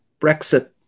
Brexit